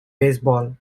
baseball